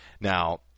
Now